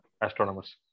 Astronomers